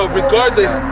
regardless